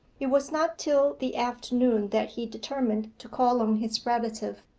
it was not till the afternoon that he determined to call on his relative,